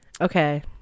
Okay